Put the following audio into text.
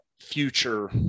future